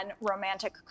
romantic